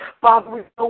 Father